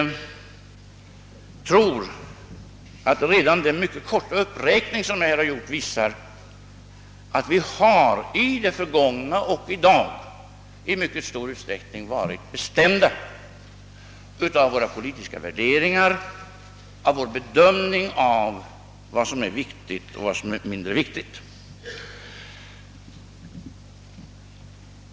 Jag tror att redan den mycket korta uppräkning som jag här gjort visar att vi i det förgångna och i dag i mycket stor utsträckning varit och är bestämda av våra politiska värderingar, av vår bedömning av vad som är viktigt och vad som är mindre viktigt.